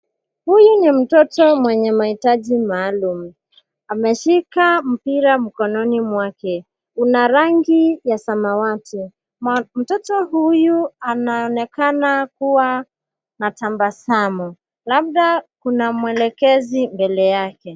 Huyu ni mtoto mwenye mahitaji maalum, ameshika mpira mkononi mwake. Kuna rangi ya samati. Mtoto huyu anaonekana kuwa na tabasamu labda kuna mwelekezi mbele yake.